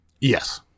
yes